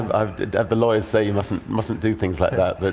i have the lawyers say you mustn't mustn't do things like that, but